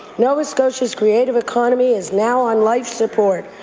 nova scotia's creative economy is now on life support.